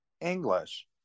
English